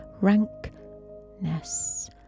Rankness